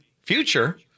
Future